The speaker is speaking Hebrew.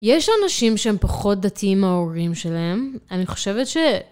יש אנשים שהם פחות דתיים מההורים שלהם, אני חושבת ש...